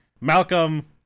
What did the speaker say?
malcolm